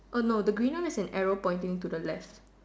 oh no the green one is an arrow pointing to the left